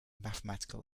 mathematical